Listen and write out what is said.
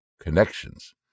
connections